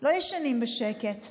לא ישנים בשקט.